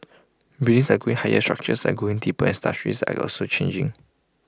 buildings are going higher structures are getting deeper and industries are also changing